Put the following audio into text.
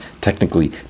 Technically